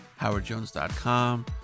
HowardJones.com